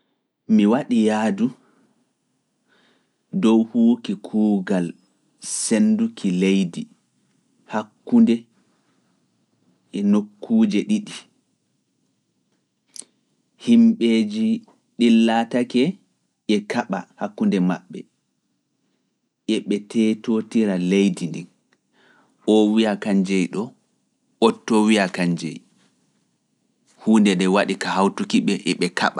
Mi waɗi yaadu dow huwuki kuugal sennduki leydi hakkunde e nokkuuje ɗiɗi. Himbeeji ɗin laatake e kaɓa hakkunde maɓɓe, e ɓe teetootira leydi ndin, o wiya kan jey ɗo, oto wiya kan jey. Huunde nden waɗi ka hawtuki ɓe e ɓe kaɓa.